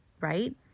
right